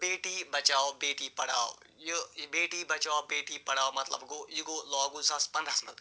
بیٹی بچاو بیٹی پڑھاو یہِ یہِ بیٹی بچاو بیٹی پڑھاو مطلب گوٚو یہِ گوٚو لاگوٗ زٕ ساس پَنٛدٕہَس منٛز